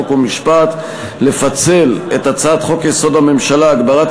חוק ומשפט לפצל את הצעת חוק-יסוד: הממשלה (הגברת